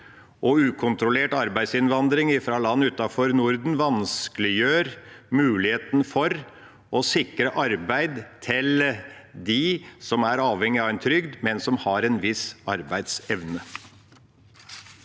ukontrollert arbeidsinnvandring fra land utenfor Norden vanskeliggjør muligheten for å sikre arbeid til dem som er avhengig av trygd, men som har en viss arbeidsevne.